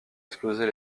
exploser